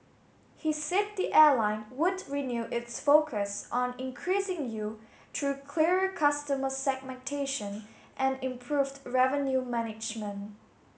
he said the airline would renew its focus on increasing yield through clearer customer segmentation and improved revenue management